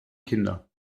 kinder